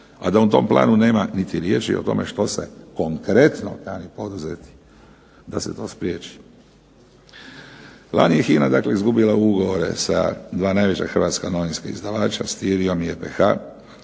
A da u tom planu nema niti riječi o tome što se konkretno kani poduzeti da se to spriječi. Lani je HINA dakle izgubila ugovore sa 2 najveća hrvatska novinska izdavača s TIRIOM I EPH,